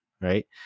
Right